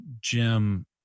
Jim